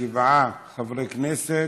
בעד שבעה חברי כנסת,